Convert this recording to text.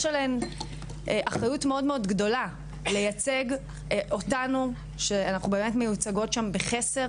יש עליהן אחריות גדולה מאוד לייצג אותנו ואנחנו מיוצגות שם בחסר